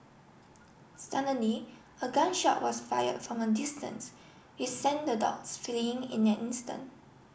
suddenly a gun shot was fired from a distance which sent the dogs fleeing in an instant